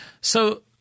So-